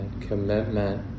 commitment